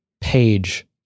page